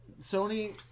Sony